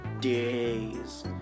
days